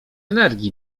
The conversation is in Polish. energii